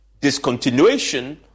discontinuation